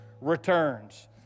returns